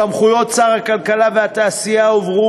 סמכויות שר הכלכלה והתעשייה הועברו